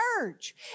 church